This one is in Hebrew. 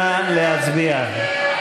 נא להצביע.